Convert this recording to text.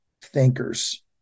thinkers